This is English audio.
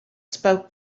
spoke